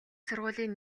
сургуулийн